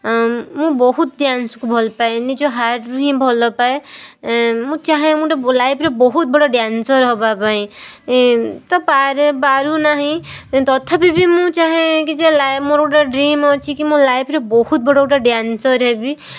ମୁଁ ବହୁତ ଡ୍ୟାନ୍ସକୁ ଭଲ ପାଏ ନିଜ ହାର୍ଟରୁ ହିଁ ଭଲ ପାଏ ମୁଁ ଚାହେଁ ମୁଁ ଗୋଟେ ଲାଇଫ୍ରେ ବହୁତ ବଡ଼ ଡ୍ୟାନ୍ସର ହେବା ପାଇଁ ତ ପାରେ ପାରୁ ନାହିଁ ତଥାପି ବି ମୁଁ ଚାହେଁ କି ଯେ ମୋର ଗୋଟେ ଡ୍ରିମ୍ ଅଛି କି ଲାଇଫ୍ରେ ବହୁତ ବଡ଼ ଗୋଟେ ଡ୍ୟାନ୍ସର ହେବି